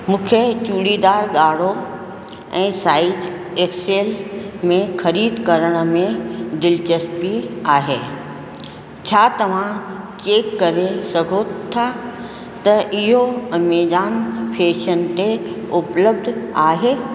मूंखे चूड़ीदार ॻाढ़ो ऐं साईज एक्स एल में ख़रीदु करण में दिलिचस्पी आहे छा तव्हां चेकु करे सघो था त इहो अमेजॉन फ़ेशन ते उपलब्ध आहे